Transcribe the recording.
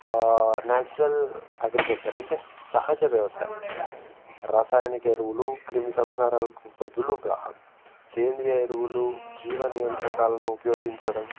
natural agriculture అంటే సహజ వ్యవసాయం రసాయనిక ఎరువులు క్రిమిసంహారాలకు బదులుగా సేంద్రియ ఎరువులు జీవన యంత్రకాలను ఉపయోగించడం